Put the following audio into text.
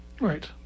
Right